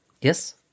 Yes